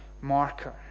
marker